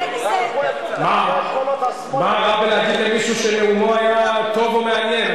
מה רע בלהגיד למישהו שנאומו היה טוב או מעניין?